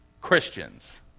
Christians